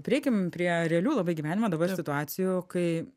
prieikim prie realių labai gyvenimo dabar situacijų kai